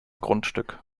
grundstück